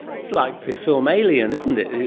it's like the film alien, isn't it,